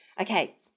Okay